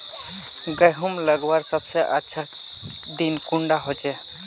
गहुम लगवार सबसे अच्छा दिन कुंडा होचे?